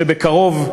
שבקרוב,